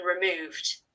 removed